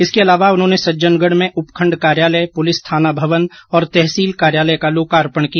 इसके अलावा उन्होंने सज्जनगढ में उपखण्ड कार्यालय पुलिस थाना भवन और तहसील कार्यालय का लोकार्पण किया